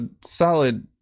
solid